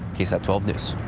ksat twelve news.